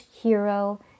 hero